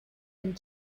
and